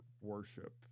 worship